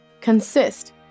Consist